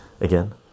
Again